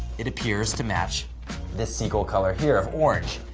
it appears to match this seagull color here of orange,